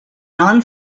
non